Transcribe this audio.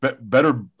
Better